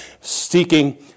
seeking